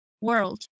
world